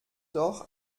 doch